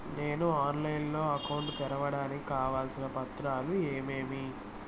నేను ఆన్లైన్ లో అకౌంట్ తెరవడానికి కావాల్సిన పత్రాలు ఏమేమి?